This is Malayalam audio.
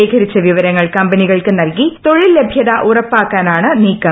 ശേഖരിച്ച വിവരങ്ങൾ കമ്പനികൾക്ക് നൽകി തൊഴിൽ ലഭൃത ഉറപ്പാക്കാനാണ് നീക്കം